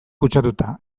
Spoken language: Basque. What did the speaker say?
kutsatuta